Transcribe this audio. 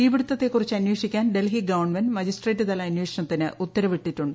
തീപിടുത്ത ത്തെകുറിച്ച് അന്വേഷിക്കാൻ ഡൽഹി ഗവൺമെന്റ് മജിസ്ട്രേറ്റ്തല അന്വേഷണത്തിന് ഉത്തരവിട്ടിട്ടുണ്ട്